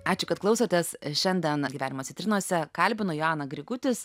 ačiū kad klausotės šiandien gyvenimo citrinose kalbinu joaną grigutis